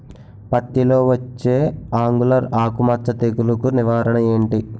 పత్తి లో వచ్చే ఆంగులర్ ఆకు మచ్చ తెగులు కు నివారణ ఎంటి?